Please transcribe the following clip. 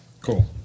cool